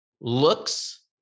looks